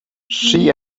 she